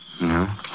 No